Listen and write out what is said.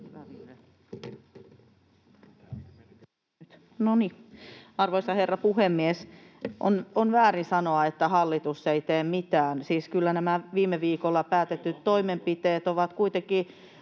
Arvoisa herra puhemies! On väärin sanoa, että hallitus ei tee mitään. Siis kyllä nämä viime viikolla päätetyt toimenpiteet ovat kuitenkin